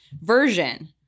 version